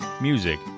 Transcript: music